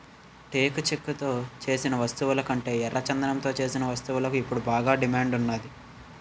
టేకు చెక్కతో సేసిన వస్తువులకంటే ఎర్రచందనంతో సేసిన వస్తువులకు ఇప్పుడు బాగా డిమాండ్ ఉన్నాది